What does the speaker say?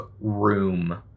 room